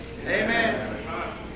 Amen